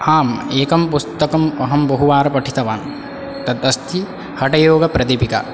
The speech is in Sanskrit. आम् एकं पुस्तकम् अहं बहुवारं पठितवान् तदस्ति हठयोगप्रदीपिका